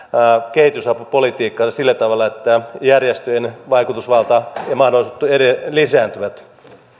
kehitysapupolitiikkaansa sillä tavalla että järjestöjen vaikutusvalta ja mahdollisuudet lisääntyvät